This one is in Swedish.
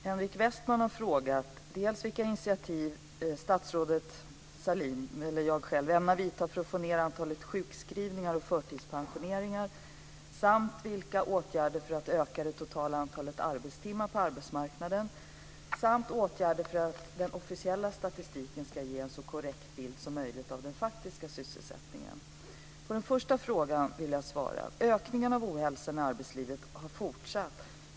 Henrik Westman har frågat: På den första frågan vill jag svara: Ökningen av ohälsan i arbetslivet har fortsatt.